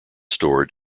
stored